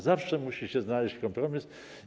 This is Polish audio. Zawsze musi się znaleźć kompromis.